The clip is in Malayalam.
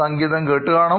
സംഗീതം കേട്ട് കാണും